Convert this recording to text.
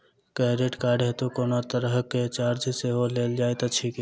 Credit card हेतु कोनो तरहक चार्ज सेहो लेल जाइत अछि की?